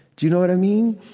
do you know what i mean?